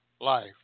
life